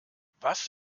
was